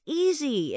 easy